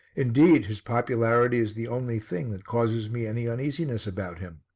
indeed, his popularity is the only thing that causes me any uneasiness about him.